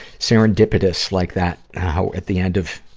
serendipitous like that, how at the end of,